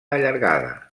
allargada